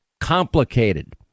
complicated